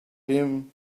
him